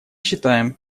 считаем